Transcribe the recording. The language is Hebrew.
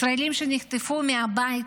ישראלים שנחטפו מהבית,